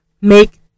make